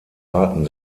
arten